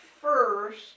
first